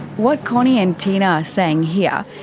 what connie and tina are saying here,